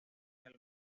nadie